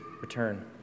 return